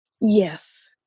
Yes